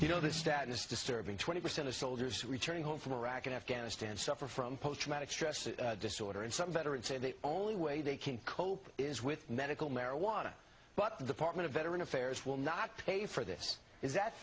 you know this status disturbing twenty percent of soldiers returning home from iraq and afghanistan suffer from post traumatic stress disorder and some veterans say the only way they can cope is with medical marijuana but the partner the veteran affairs will not pay for this is that